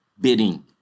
bidding